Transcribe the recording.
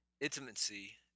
intimacy